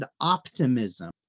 optimism